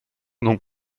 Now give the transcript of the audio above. nom